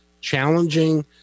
challenging